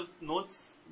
notes